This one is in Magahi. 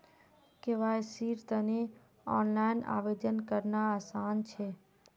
केवाईसीर तने ऑनलाइन आवेदन करना आसान छ